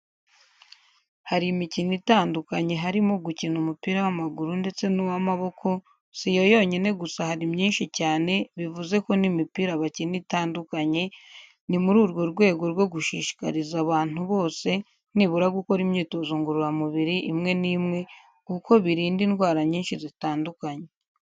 Hari imikino itandukanye harimo, gukina umupira w'amaguru ndetse n'uw'amaboko, si iyo yonyine gusa hari myinshi cyane bivuze ko n'imipira bakina itandukanye, ni muri urwo rwego rwo gushishikariza abantu bose nibura gukora imyitozo ngororamubiri imwe n'imwe kuko birinda indwara nyinshi zitandukanye.